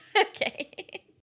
okay